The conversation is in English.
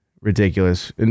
ridiculous